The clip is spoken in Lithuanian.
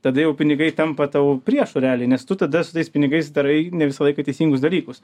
tada jau pinigai tampa tavo priešu realiai nes tu tada su tais pinigais darai ne visą laiką teisingus dalykus